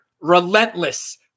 Relentless